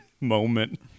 moment